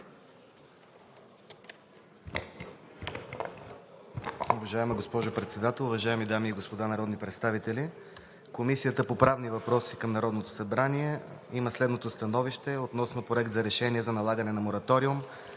Уважаема госпожо Председател, уважаеми дами и господа народни представители! Комисията по правни въпроси към Народното събрание има следното: СТАНОВИЩЕ относно Проект на решение за налагане на мораториум